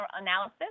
analysis